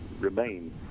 remain